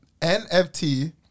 NFT